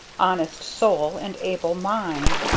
honest soul and able mind,